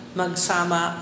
magsama